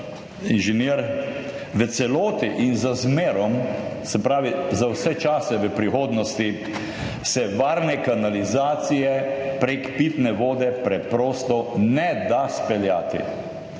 inženir v celoti in za zmerom, se pravi za vse čase v prihodnosti, se varne kanalizacije prek pitne vode preprosto ne da speljati.